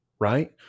right